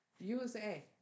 USA